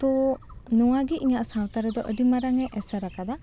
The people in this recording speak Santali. ᱛᱚ ᱱᱚᱣᱟᱜᱮ ᱤᱧᱟᱹᱜ ᱥᱟᱶᱛᱟ ᱨᱮᱫᱚ ᱟᱹᱰᱤ ᱢᱟᱨᱟᱝ ᱮᱭ ᱮᱥᱮᱨ ᱟᱠᱟᱫᱟ